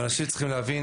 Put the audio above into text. ואנשים צריכים להבין,